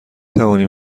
توانی